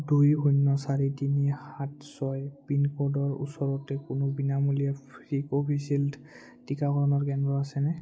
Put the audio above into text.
দুই শূন্য চাৰি তিনি সাত ছয় পিনক'ডৰ ওচৰতে কোনো বিনামূলীয়া কোভিচিল্ড টীকাকৰণ কেন্দ্ৰ আছেনে